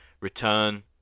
return